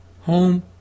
home